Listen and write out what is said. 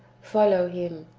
follow him.